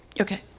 okay